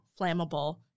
flammable